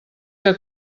que